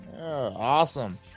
Awesome